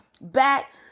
back